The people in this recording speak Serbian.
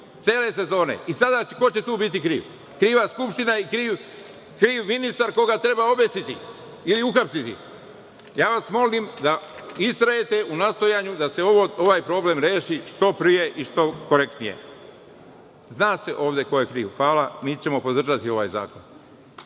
cele sezone. Ko će sada tu biti kriv? Kriva Skupština i kriv ministar, koga treba obesiti ili uhapsiti. Ja vas molim da istrajete u nastojanju da se ovaj problem reši što pre i što korektnije. Zna se ovde ko je kriv. Hvala. Mi ćemo podržati ovaj zakon.